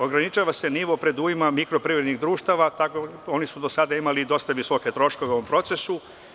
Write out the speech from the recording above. Ograničava se nivo predujma mikro privrednih društava, oni su do sada imali dosta visoke troškove u ovom procesu.